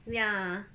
ya